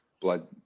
blood